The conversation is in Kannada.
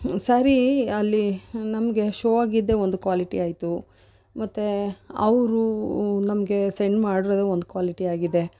ಸರಿ ಅಲ್ಲಿ ನಮಗೆ ಶೋ ಆಗಿದ್ದೆ ಒಂದು ಕ್ವಾಲಿಟಿ ಆಯಿತು ಮತ್ತೆ ಅವರು ನಮಗೆ ಸೆಂಡ್ ಮಾಡಿರೋದೆ ಒಂದು ಕ್ವಾಲಿಟಿ ಆಗಿದೆ